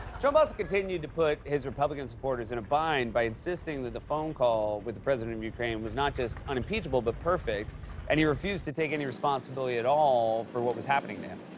trump also continued to put his republican supporters in a bind by insisting that the phone call with the president of ukraine was not just unimpeachable but perfect and he refused to take any responsibility at all for what was happening to him.